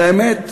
והאמת,